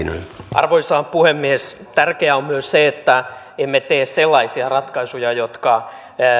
arvoisa puhemies tärkeää on myös se että emme tee sellaisia ratkaisuja jotka